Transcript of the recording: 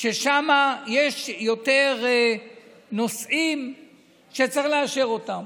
ושם יש יותר נושאים שצריך לאשר אותם.